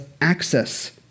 access